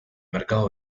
mercado